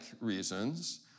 reasons